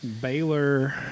Baylor